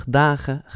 dagen